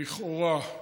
שלכאורה,